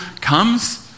comes